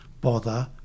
bother